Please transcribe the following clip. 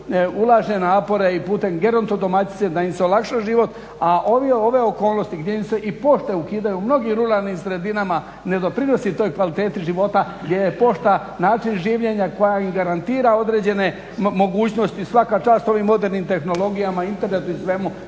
ulaže napore i putem gerontodomaćice da im se olakša život. A ove okolnosti gdje im se i pošte ukidaju u mnogim ruralnim sredinama ne doprinosi toj kvaliteti života gdje je pošta način življenja, koja im garantira određene mogućnosti. Svaka čast ovim modernim tehnologijama, internetu i svemu